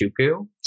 Chuku